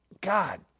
God